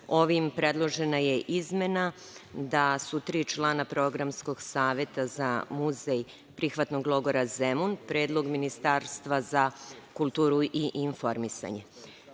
ovim predložena je izmena da su tri člana Programskog saveta za muzej „Prihvatnog logora Zemun“ predlog Ministarstva za kulturu i informisanje. Mi